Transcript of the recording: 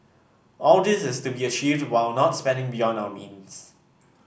all this is to be achieved while not spending beyond our means